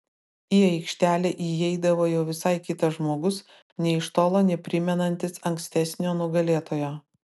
į aikštelę įeidavo jau visai kitas žmogus nė iš tolo neprimenantis ankstesnio nugalėtojo